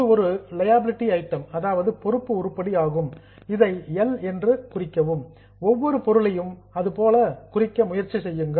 இது ஒரு liability item பொறுப்பு உருப்படி ஆகும் இதை எல் என குறிக்கவும் ஒவ்வொரு பொருளையும் அதுபோல குறிக்க முயற்சி செய்யுங்கள்